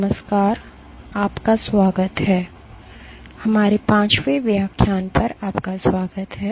नमस्कार आपका स्वागत है हमारे पाँचवें व्याख्यान पर आपका स्वागत है